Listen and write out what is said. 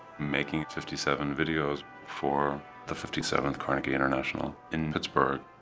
making fifty seven videos for the fifty seventh carnegie international in pittsburgh.